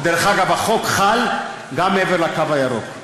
דרך אגב, החוק חל גם מעבר לקו הירוק.